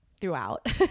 throughout